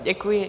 Děkuji.